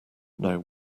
now